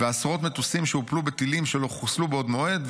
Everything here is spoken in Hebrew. ועשרות מטוסים שהופלו בטילים שלא חוסלו בעוד מועד,